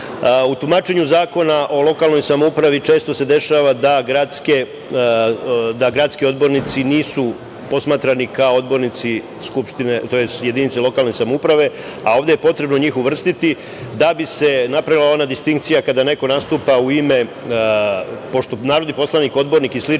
tumačenju zakona o lokalnoj samoupravi često se dešava da gradski odbornici nisu posmatrani kao odbornici Skupštine, tj. kao jedinice lokalne samouprave, a ovde je potrebno njih uvrstiti da bi se napravila ona distinkcija kada neko nastupa u ime, pošto narodni poslanik, odbornik i